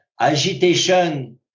agitation